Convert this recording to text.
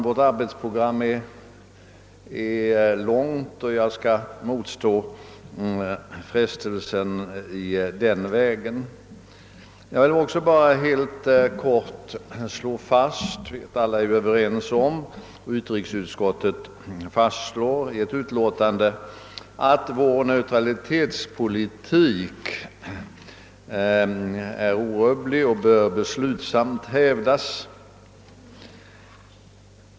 Vårt arbetsprogram är emellertid långt, och jag skall därför motstå frestelsen ati replikera. Låt mig först helt kort slå fast — vilket ju alla är överens om och vilket även utrikesutskottet framhåller i: ett utlåtande — att vår neutralitetspolitik är orubblig och beslutsamt bör hävdas.